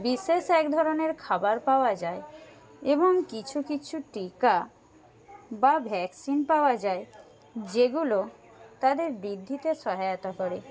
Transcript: বিশেষ এক ধরনের খাবার পাওয়া যায় এবং কিছু কিছু টীকা বা ভ্যাকসিন পাওয়া যায় যেগুলো তাদের বৃদ্ধিতে সহায়তা করে